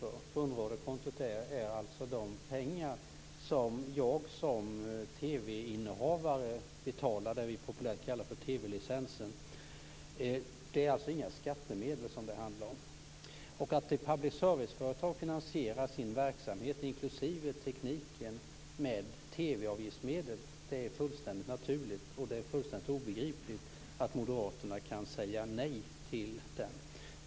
Rundradiokontot är de pengar som jag som TV innehavare betalar - det som vi populärt kallar för TV-licensen. Det är alltså inga skattemedel som det handlar om. Att ett public service-företag finansierar sin verksamhet, inkl. tekniken, med TV-avgiftsmedel är helt naturligt. Det är fullständigt obegripligt att Moderaterna kan säga nej till den.